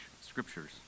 scriptures